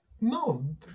No